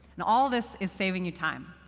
and all this is saving you time.